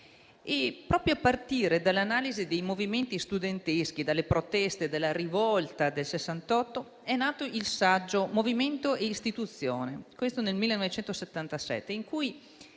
Proprio a partire dall'analisi dei movimenti studenteschi, delle proteste e della rivolta del '68 è nato il saggio «Movimento e istituzione», del 1977, in cui